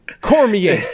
Cormier